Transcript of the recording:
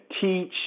teach